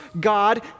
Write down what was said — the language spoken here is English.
God